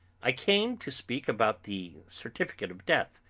i came to speak about the certificate of death.